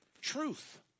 Truth